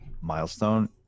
milestone